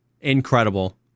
incredible